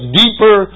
deeper